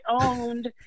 owned